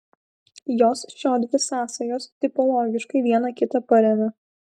jos šiodvi sąsajos tipologiškai viena kitą paremia